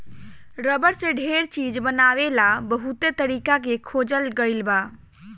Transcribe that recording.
rubber से ढेर चीज बनावे ला बहुते तरीका के खोजल गईल बा